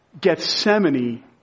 Gethsemane